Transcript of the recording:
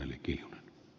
puhemies